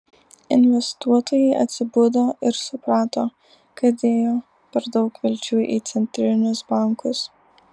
investuotojai atsibudo ir suprato kad dėjo per daug vilčių į centrinius bankus